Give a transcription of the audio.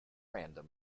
random